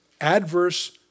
adverse